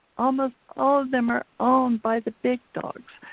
almost all of them are owned by the big dogs.